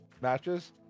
matches